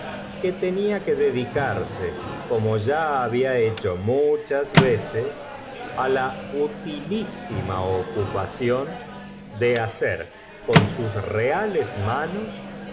que tenia que do licaso como ya hab ía hecho muchas veces la utilísima ocupación de hacer con sus roa